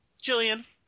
Jillian